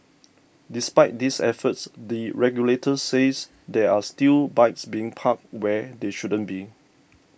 despite these efforts the regulator says there are still bikes being parked where they shouldn't be